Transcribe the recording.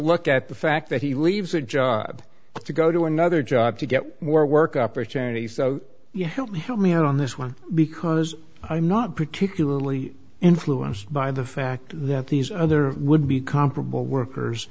at the fact that he leaves that job to go to another job to get more work opportunities so you help me help me out on this one because i'm not particularly influenced by the fact that these other would be comparable workers